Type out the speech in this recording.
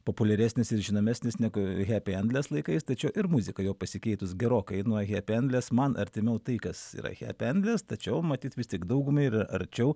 populiaresnis ir žinomesnis negu hepi endles laikais tačiau ir muzika jo pasikeitus gerokai nuo hepi endles man artimiau tai kas yra hepi endles tačiau matyt vis tik daugumai yra arčiau